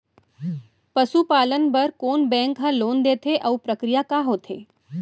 पसु पालन बर कोन बैंक ह लोन देथे अऊ प्रक्रिया का होथे?